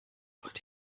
wollte